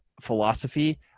philosophy